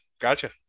Gotcha